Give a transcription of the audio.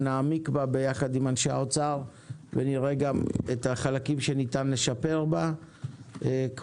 נעמיק בה ביחד עם אנשי האוצר ונראה גם את החלקים שניתן לשפר בה כמו